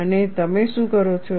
અને તમે શું કરો છો